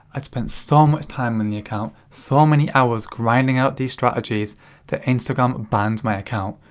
spent so much time on the account, so many hours grinding out these strategies that instagram banned my account.